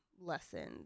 lessons